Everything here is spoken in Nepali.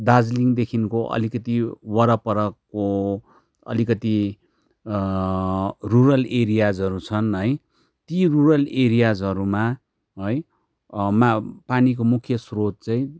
दाजिलिङदेखिको अलिकति वरपरको अलिकति रुरल एरियाजहरू छन् है ती रुरल एरियाजहरूमा है मा पानीको मुख्य स्रोत चाहिँ